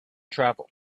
travel